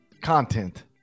Content